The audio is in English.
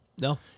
No